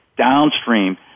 Downstream